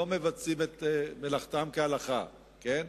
לא מבצעים את מלאכתם כהלכה, כן?